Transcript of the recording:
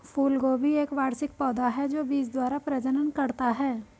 फूलगोभी एक वार्षिक पौधा है जो बीज द्वारा प्रजनन करता है